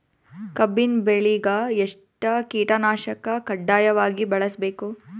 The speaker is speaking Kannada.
ಕಬ್ಬಿನ್ ಬೆಳಿಗ ಎಷ್ಟ ಕೀಟನಾಶಕ ಕಡ್ಡಾಯವಾಗಿ ಬಳಸಬೇಕು?